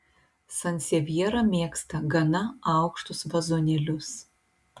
sansevjera mėgsta gana aukštus vazonėlius